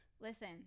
Listen